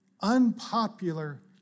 Unpopular